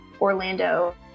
Orlando